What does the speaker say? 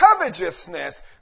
covetousness